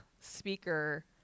speaker